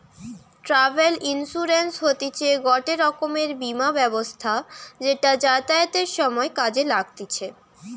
travel insurance হতিছে গটে রকমের বীমা ব্যবস্থা যেটা যাতায়াতের সময় কাজে লাগতিছে